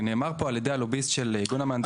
כי נאמר פה על ידי הלוביסט של איגוד המהנדסים.